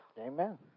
Amen